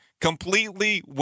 completely